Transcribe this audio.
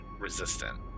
resistant